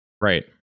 right